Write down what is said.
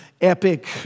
epic